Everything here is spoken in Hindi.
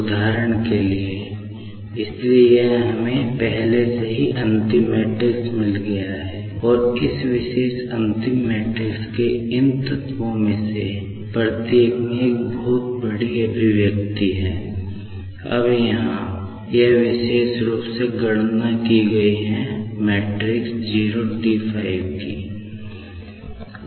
उदाहरण के लिए इसलिए यह हमें पहले से ही अंतिम मैट्रिक्स 05T है